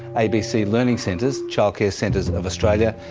abc learning centres, childcare centres of australia,